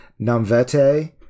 Namvete